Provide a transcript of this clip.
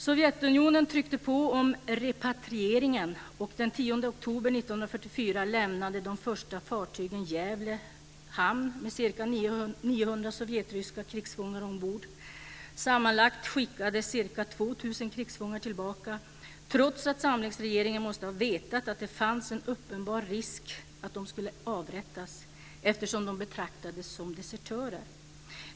Sovjetunionen tryckte på om repatrieringen och den 10 oktober 1944 lämnade de första fartygen Gävle hamn med ca 900 sovjetryska krigsfångar ombord. Sammanlagt skickades ca 2 000 krigsfångar tillbaka trots att samlingsregeringen måste ha vetat att det fanns en uppenbar risk att de skulle avrättas eftersom de betraktades som desertörer.